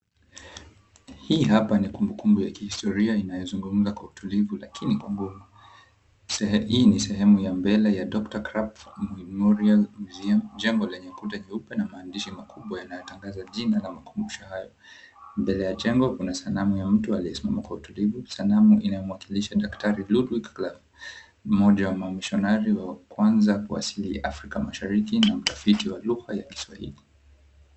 Hii hapa ni kumbukumbu ya kihistoria inayozungumza kwa utulivu lakini kwa nguvu. Hii ni sehemu ya mbele ya Dr. Krapf Memorial Museum , jengo lenye kuta nyeupe na maandishi makubwa yanayotangaza jina la makumbusho hayo. Mbele ya jengo kuna sanamu ya mtu aliyesimama kwa utulivu, sanamu inayomwakilisha Daktari Ludwig Krapf, mmoja wa wamisionari wa kwanza kuwasili Afrika Mashariki na mtafiti wa lugha ya Kiswahili.